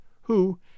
who